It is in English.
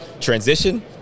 transition